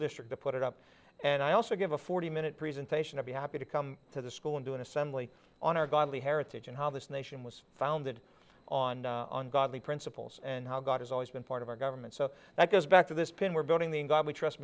district to put it up and i also give a forty minute presentation to be happy to come to the school and do an assembly on our godly heritage and how this nation was founded on godly principles and how god has always been part of our government so that goes back to this pin we're voting the in god we trust